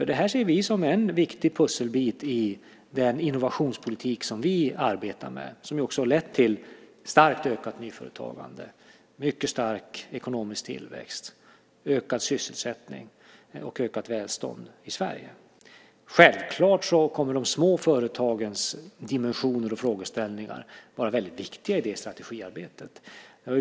Detta ser vi nämligen som en viktig pusselbit i den innovationspolitik som vi arbetar med och som också har lett till en stor ökning av nyföretagandet, en stor ekonomisk tillväxt, ökad sysselsättning och ökat välstånd i Sverige. Självklart kommer de små företagens dimensioner och frågeställningar att vara väldigt viktiga i detta strategiarbete.